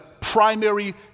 primary